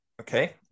Okay